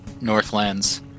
Northlands